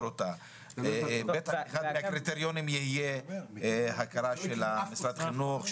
אחד הקריטריונים יהיה הכרה של משרד החינוך,